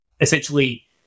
essentially